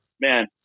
man